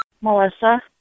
Melissa